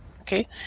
Okay